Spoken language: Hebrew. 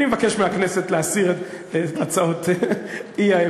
אני מבקש מהכנסת להסיר את הצעות האי-אמון.